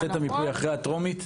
נעשה את המיפוי אחרי הטרומית.